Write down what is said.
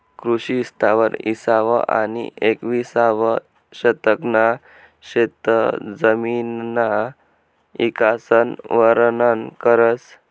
कृषी इस्तार इसावं आनी येकविसावं शतकना शेतजमिनना इकासन वरनन करस